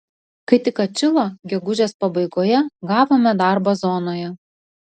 kai tik atšilo gegužės pabaigoje gavome darbą zonoje